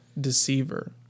deceiver